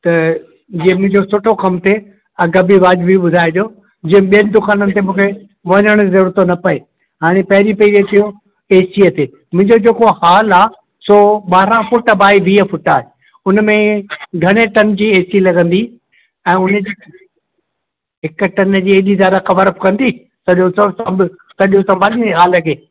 त जीअं मुंहिंजो सुठो कमु थिए अघु बि वाजिबी ॿुधाइजो जे ॿियनि दुकाननि ते मूंखे वञण जी ज़रूरत न पए हाणे पहिरीं पहिरीं हि थियो एसीअ ते मुंहिंजो जेको हॉल आहे सो ॿारहं फुट बाए वीह फुट आहे उन में घणे टन जी ए सी लॻंदी ऐं हुन जी हिकु टन जी हेॾी दादा कवर अप कंदी सॼो त सभु सॼो सभालींदी हॉल खे